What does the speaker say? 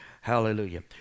hallelujah